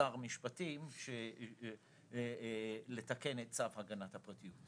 לשר המשפטים כדי לתקן את צו הגנת הפרטיות.